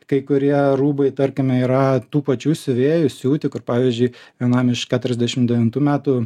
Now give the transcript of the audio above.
kai kurie rūbai tarkime yra tų pačių siuvėjų siūti kur pavyzdžiui vienam iš keturiasdešim devintų metų